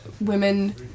women